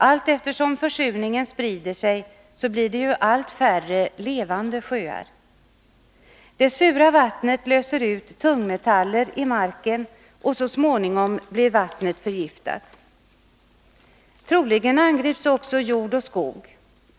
Allteftersom försurningen sprider sig blir det ju allt färre ”levande” sjöar. Det sura vattnet löser ut tungmetaller i marken, och så småningom blir vattnet förgiftat. Troligen angrips också jord och skog.